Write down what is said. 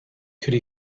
could